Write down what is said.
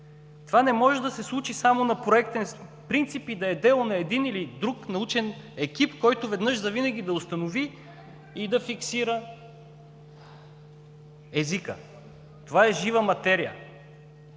Това не може да се случи само на проектен принцип и да е дело на един или друг научен екип, който веднъж завинаги да установи и да фиксира езика. Това е жива материя.